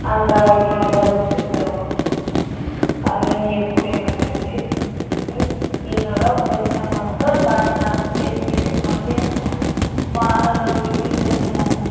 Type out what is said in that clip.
ಹಂಗಾಗಿ ಹೊಲ್ಸ್ ಇರ್ತವೆ ಅದನ್ನು ನೀರು ಕುಡಿಯಕ್ಕಾಕೈತಿ ಮತ್ತು ಏನಾರೂ ಪಂಕ್ಷನ್ ಮಾಡ್ಬಕಂದ್ರೆ ಭಾಳ್ ತ್ರಾಸು ಆಕೈತೆ ನೀರಿನ ಬಗ್ಗೆ ಭಾಳ ಇದು ಇರಂಗಿಲ್ಲ ನಮ್ಗೆ